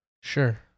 Sure